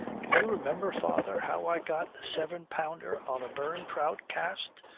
do you remember, father, how i got the seven-pounder on a burn-trout cast?